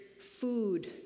food